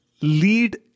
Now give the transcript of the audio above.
lead